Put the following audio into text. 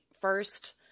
first